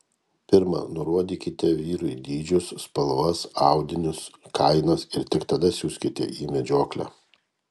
pirma nurodykite vyrui dydžius spalvas audinius kainas ir tik tada siųskite į medžioklę